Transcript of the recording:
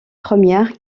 première